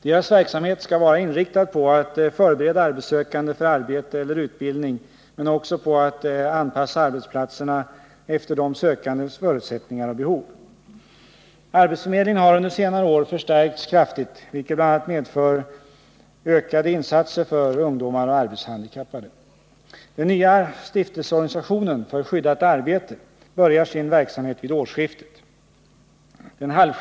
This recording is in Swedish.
Deras verksamhet skall vara inriktad på att förbereda arbetssökande för arbete eller utbildning men också på att anpassa arbetsplatserna efter de sökandes förutsättningar och behov. Arbetsförmedlingen har under senare år förstärkts kraftigt, vilket bl.a. medfört ökade insatser för ungdomar och arbetshandikappade. Den nya stiftelseorganisationen för skyddat arbete börjar sin verksamhet vid årsskiftet.